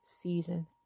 season